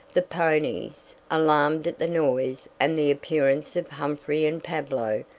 the ponies, alarmed at the noise and the appearance of humphrey and pablo,